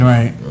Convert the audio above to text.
Right